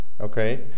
okay